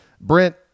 Brent